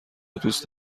دوست